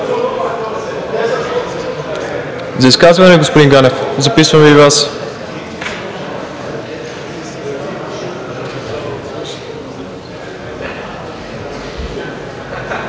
За изказване ли, господин Ганев? Записвам и Вас.